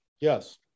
Yes